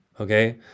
okay